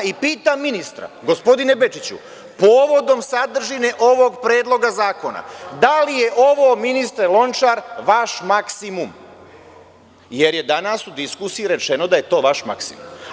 Pitam ministra, gospodine Bečiću, povodom sadržine ovog predloga zakona, da je ovo, ministre Lončar, vaš maksimum, jer je danas u diskusiji rečeno da je to vaš maksimum?